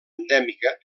endèmica